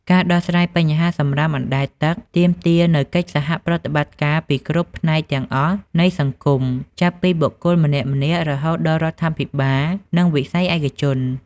ការដោះស្រាយបញ្ហាសំរាមអណ្តែតទឹកទាមទារនូវកិច្ចសហប្រតិបត្តិការពីគ្រប់ផ្នែកទាំងអស់នៃសង្គម ចាប់ពីបុគ្គលម្នាក់ៗ រហូតដល់រដ្ឋាភិបាល និងវិស័យឯកជន។